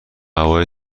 هوای